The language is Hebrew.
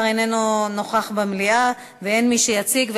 איננו נוכח במליאה ואין מי שיציג,